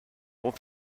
vont